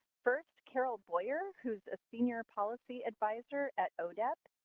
first, carol boyer, who's a senior policy adviser at odep.